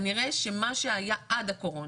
כנראה שמה שהיה עד הקורונה,